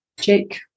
Jake